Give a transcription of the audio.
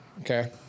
Okay